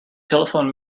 telephoned